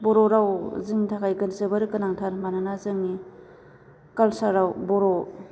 बर' राव जोंनि थाखाय जोबोर गोनांथार मानोना जोंनि कालसारआव बर'